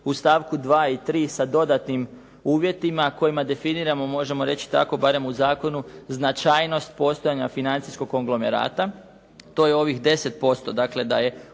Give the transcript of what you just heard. u stavku 2. i 3. sa dodatnim uvjetima kojima definiramo možemo reći tako barem u zakonu, značajnost postojanja financijskog konglomerata. To je ovih 10%. Dakle, da je